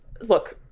Look